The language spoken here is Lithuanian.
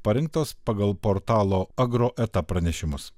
parinktos pagal portalo agroeta pranešimus